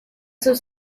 sus